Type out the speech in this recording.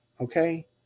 Okay